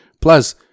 Plus